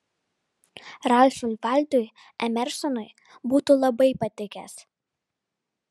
ralfui valdui emersonui būtų labai patikęs